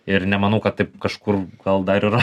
ir nemanau kad taip kažkur gal dar yra